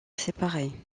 séparés